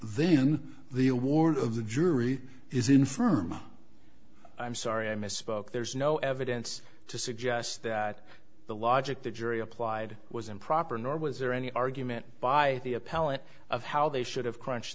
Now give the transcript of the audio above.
then the award of the jury is in firm i'm sorry i misspoke there's no evidence to suggest that the logic the jury applied was improper nor was there any argument by the appellate of how they should have crunch